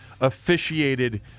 officiated